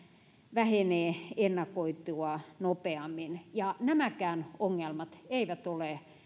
vähenee ennakoitua nopeammin nämäkään ongelmat eivät ole